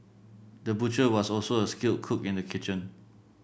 the butcher was also a skilled cook in the kitchen